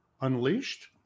unleashed